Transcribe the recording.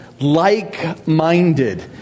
like-minded